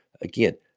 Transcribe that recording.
again